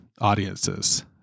audiences